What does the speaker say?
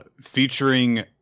Featuring